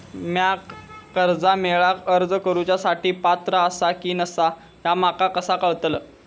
म्या कर्जा मेळाक अर्ज करुच्या साठी पात्र आसा की नसा ह्या माका कसा कळतल?